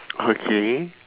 okay